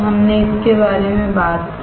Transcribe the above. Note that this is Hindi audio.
हमने इसके बारे में बात की